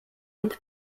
und